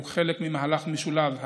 הוא חלק ממהלך משולב,